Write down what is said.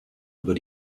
über